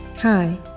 Hi